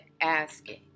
asking